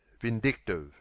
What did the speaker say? vindictive